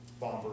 Bomber